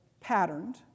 patterned